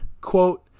quote